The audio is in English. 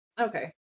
Okay